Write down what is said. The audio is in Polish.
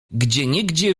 gdzieniegdzie